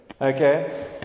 Okay